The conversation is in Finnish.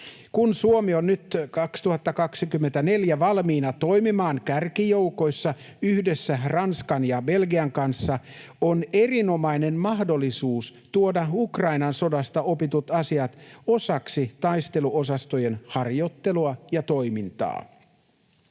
Kun Suomi on nyt 2024 valmiina toimimaan kärkijoukoissa yhdessä Ranskan ja Belgian kanssa, on erinomainen mahdollisuus tuoda Ukrainan sodasta opitut asiat osaksi taisteluosastojen harjoittelua ja toimintaa.